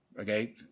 Okay